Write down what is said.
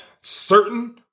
certain